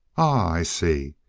i see.